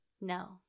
No